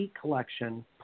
Collection